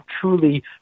truly